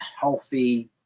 healthy